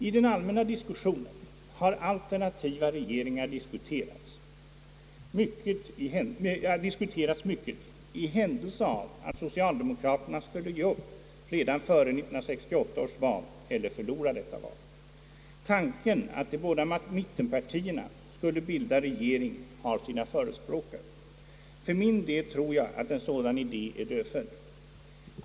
I den allmänna diskussionen har alternativa regeringar diskuterats mycket i händelse av att socialdemokraterna skulle ge upp redan före 1968 års val eller förlora detta val. Tanken att de båda mittenpartierna skulle bilda regering har sina förespråkare. För min del tror jag att en sådan idé är dödfödd.